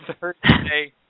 Thursday